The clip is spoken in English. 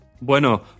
Bueno